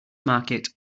market